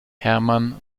herrmann